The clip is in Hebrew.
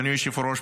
אדוני היושב-ראש,